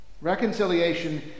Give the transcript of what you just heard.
Reconciliation